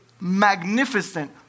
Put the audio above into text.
magnificent